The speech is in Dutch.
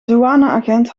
douaneagent